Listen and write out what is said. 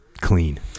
clean